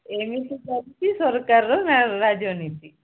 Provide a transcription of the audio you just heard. ଏମିତି ଚାଲିଛି ସରକାରର ରାଜନୀତି